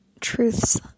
truths